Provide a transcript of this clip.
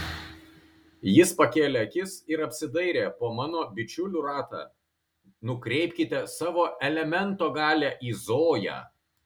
jis pakėlė akis ir apsidairė po mano bičiulių ratą nukreipkite savo elemento galią į zoją